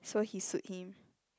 so he sued him